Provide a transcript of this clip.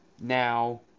now